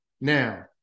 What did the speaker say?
Now